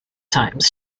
times